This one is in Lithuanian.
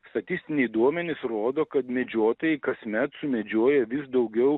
statistiniai duomenys rodo kad medžiotojai kasmet sumedžioja vis daugiau